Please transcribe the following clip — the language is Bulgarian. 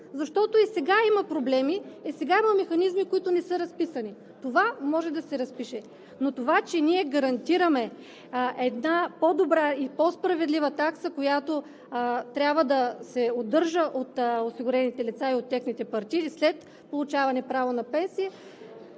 защото и сега има проблеми, и сега има механизми, които не са разписани. Това може да се разпише. А това, че гарантираме по-добра и по-справедлива такса, която трябва да се удържа от осигурените лица и от техните партиди след получаване на право на пенсия,